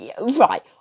right